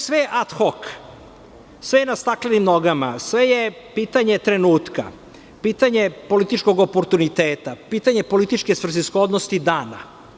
Sve je ad hok, sve je na staklenim nogama, sve je pitanje trenutka, pitanje političkog oportuniteta, pitanje političke svrsishodnosti dana.